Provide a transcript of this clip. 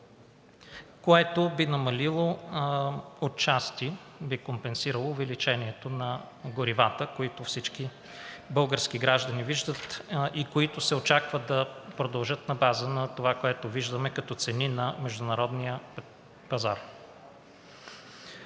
което би намалило, отчасти би компенсирало увеличението на горивата, които всички български граждани виждат и които се очаква да продължат на база на това, което виждаме като цени на международния пазар.